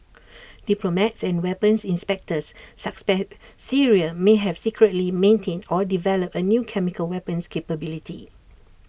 diplomats and weapons inspectors suspect Syria may have secretly maintained or developed A new chemical weapons capability